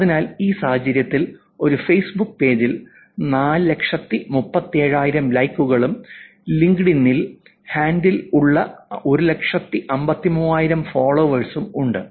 അതിനാൽ ഈ സാഹചര്യത്തിൽ ഒരു ഫേസ്ബുക്ക് പേജിൽ 437000 ലൈക്കുകളും ലിങ്ക്ഡ്ഇനിൽ ഹാൻഡിൽ ഉള്ള 153000 ഫോളോവേഴ്സും ഉണ്ട്